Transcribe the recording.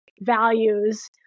values